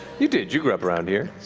you did, you grew up around here.